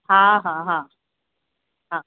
हा हा हा हा